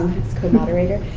co-moderator.